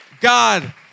God